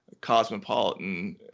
cosmopolitan